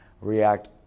react